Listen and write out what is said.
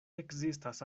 ekzistas